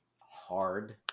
hard